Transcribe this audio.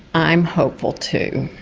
i'm hopeful too.